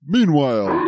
Meanwhile